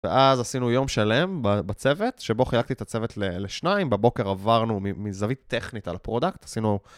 ואז עשינו יום שלם בצוות, שבו חילקתי את הצוות לשניים, בבוקר עברנו מזווית טכנית על הפרודקט, עשינו...